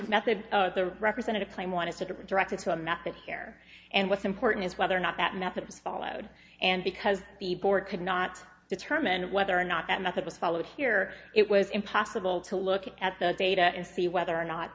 method the representative claim wanted to direct it to a method share and what's important is whether or not that method followed and because the board could not determine whether or not that method was followed here it was impossible to look at the data and see whether or not